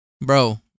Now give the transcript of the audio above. bro